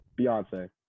beyonce